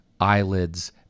eyelids